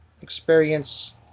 experience